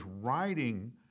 writing